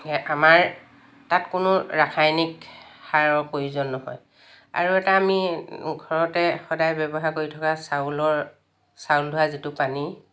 আমাৰ তাত কোনো ৰাসায়নিক সাৰৰ প্ৰয়োজন নহয় আৰু এটা আমি ঘৰতে সদায় ব্যৱহাৰ কৰি থকা চাউলৰ চাউল ধোৱা যিটো পানি